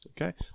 Okay